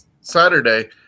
Saturday